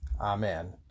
Amen